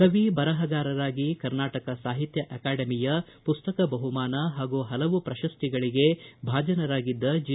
ಕವಿ ಬರಹಗಾರರಾಗಿ ಕರ್ನಾಟಕ ಸಾಹಿತ್ಯ ಅಕಾಡೆಮಿಯ ಪುಸ್ತಕ ಬಹುಮಾನ ಹಾಗೂ ಹಲವು ಪ್ರಶಸ್ತಿಗಳಿಗೆ ಭಾಜನರಾಗಿದ್ದ ಜಿ